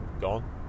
gone